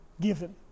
given